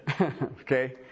Okay